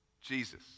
Jesus